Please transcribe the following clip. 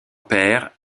père